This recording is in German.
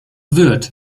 wird